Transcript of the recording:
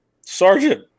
sergeant